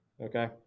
okay